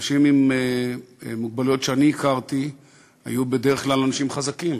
האנשים עם מוגבלויות שאני הכרתי היו בדרך כלל אנשים חזקים,